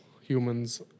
humans